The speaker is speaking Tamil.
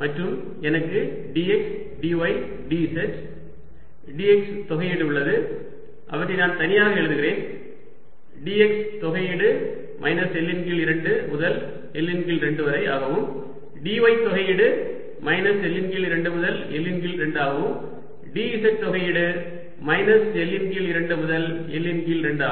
மற்றும் எனக்கு dx dy dz dx தொகையீடு உள்ளது அவற்றை நான் தனித்தனியாக எழுதுகிறேன் dx தொகையீடு மைனஸ் L இன் கீழ் 2 முதல் L இன் கீழ் 2 வரை ஆகவும் dy தொகையீடு மைனஸ் L இன் கீழ் 2 முதல் L இன் கீழ் 2 ஆகவும் dz தொகையீடு மைனஸ் L இன் கீழ் 2 முதல் L இன் கீழ் 2 ஆகும்